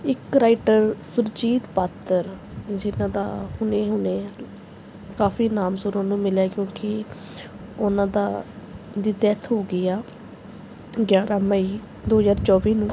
ਇੱਕ ਰਾਈਟਰ ਸੁਰਜੀਤ ਪਾਤਰ ਜਿਨ੍ਹਾਂ ਦਾ ਹੁਣੇ ਹੁਣੇ ਕਾਫ਼ੀ ਨਾਮ ਸੁਣਨ ਨੂੰ ਮਿਲਿਆ ਕਿਉਂਕਿ ਉਨ੍ਹਾਂ ਦਾ ਦੀ ਡੈਥ ਹੋ ਗਈ ਆ ਗਿਆਰ੍ਹਾਂ ਮਈ ਦੋ ਹਜ਼ਾਰ ਚੌਵੀ ਨੂੰ